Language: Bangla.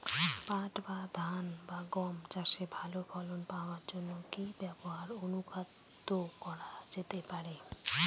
পাট বা ধান বা গম চাষে ভালো ফলন পাবার জন কি অনুখাদ্য ব্যবহার করা যেতে পারে?